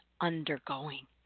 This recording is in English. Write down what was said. undergoing